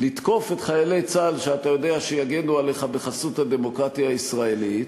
לתקוף את חיילי צה"ל שאתה יודע שיגנו עליך בחסות הדמוקרטיה הישראלית,